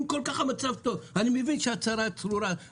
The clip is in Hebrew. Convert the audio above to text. אם המצב כל כך טוב אני מבין שהצרה צרורה.